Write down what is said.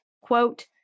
quote